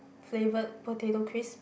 flavoured potato crips